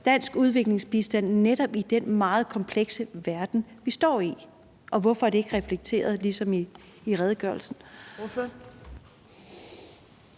dansk udviklingsbistand netop i den meget komplekse verden, vi står i? Og hvorfor er det ikke reflekteret, ligesom det er i redegørelsen?